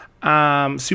Super